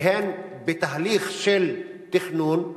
שהם בתהליך תכנון,